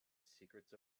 secrets